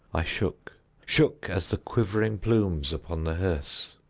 i shook shook as the quivering plumes upon the hearse.